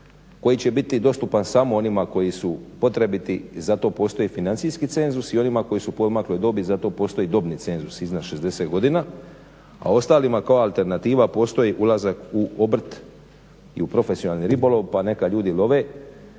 koji će biti dostupan samo onima koji su potrebiti i zato postoji financijski cenzus i onima koji su u poodmakloj dobi za to postoji dobni cenzus iznad 60 godina, a ostalima kao alternativa postoji ulazak u obrt i u profesionalni ribolov pa neka ljudi love